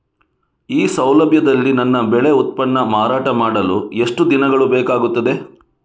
ಈ ಸೌಲಭ್ಯದಲ್ಲಿ ನನ್ನ ಬೆಳೆ ಉತ್ಪನ್ನ ಮಾರಾಟ ಮಾಡಲು ಎಷ್ಟು ದಿನಗಳು ಬೇಕಾಗುತ್ತದೆ?